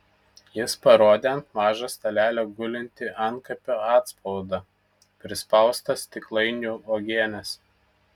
jis parodė ant mažo stalelio gulintį antkapio atspaudą prispaustą stiklainiu uogienės